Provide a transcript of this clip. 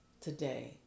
today